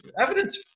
evidence